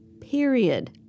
Period